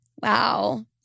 Wow